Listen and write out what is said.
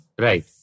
Right